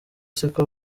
siko